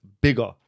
bigger